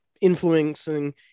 influencing